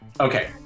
Okay